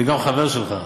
זה גם חבר שלך.